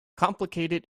complicated